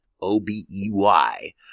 O-B-E-Y